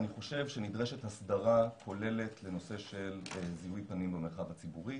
ואני חושב שנדרשת הסדרה כוללת לנושא של זיהוי פנים במרחב הציבורי